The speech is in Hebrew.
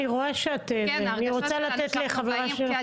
אני רוצה לתת לחברה שלך.